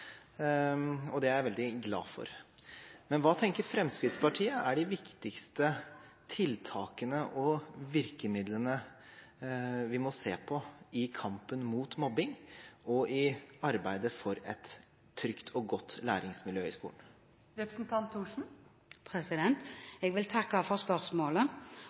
og det er jeg veldig glad for. Men hva tenker Fremskrittspartiet er de viktigste tiltakene og virkemidlene vi må se på i kampen mot mobbing og i arbeidet for et trygt og godt læringsmiljø i skolen? Jeg vil takke for spørsmålet.